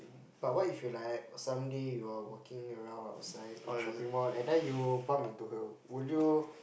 but what if you like someday you are walking around outside in shopping mall and then you bump into her would you